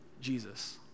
Jesus